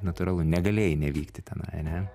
natūralu negalėjai nevykti tenai ane